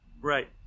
Right